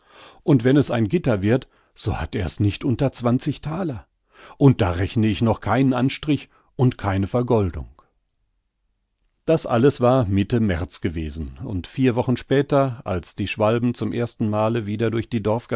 und wenn es ein gitter wird so hat er's nicht unter zwanzig thaler und da rechne ich noch keinen anstrich und keine vergoldung das alles war mitte märz gewesen und vier wochen später als die schwalben zum ersten male wieder durch die